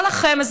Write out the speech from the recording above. לא לכם,